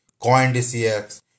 CoinDCX